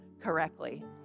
correctly